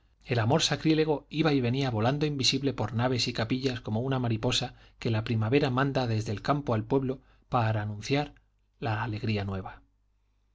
el amor sacrílego iba y venía volando invisible por naves y capillas como una mariposa que la primavera manda desde el campo al pueblo para anunciar la alegría nueva